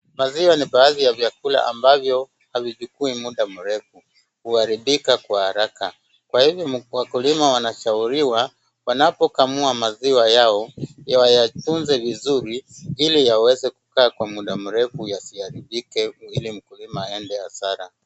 Maziwa ni baadhi ya vyakula ambavyo havichukui munda murefu. Huharibika kwa haraka kwa hivyo wakulima wanashauriwa wanapokamua maziwa yao wayatunze vizuri ili yaweze kukaa kwa munda murefu yasiharibike ili mkulima aende hasara.